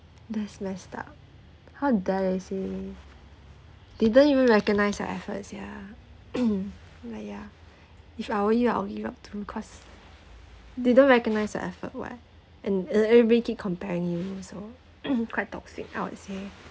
that's messed up how dare they say they don't even recognize your efforts ya ya ya if I were you I'll give up too cause didn't recognise your effort [what] and and everybody keep comparing you also quite toxic I would say